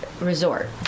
resort